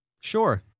Sure